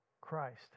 Christ